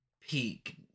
peak